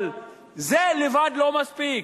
אבל זה לבד לא מספיק,